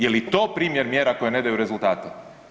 Je li to primjer mjera koje ne daju rezultate?